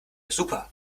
super